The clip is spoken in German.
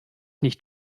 nicht